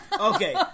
Okay